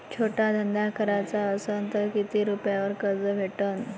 छोटा धंदा कराचा असन तर किती रुप्यावर कर्ज भेटन?